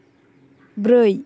ब्रै